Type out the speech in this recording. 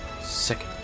Second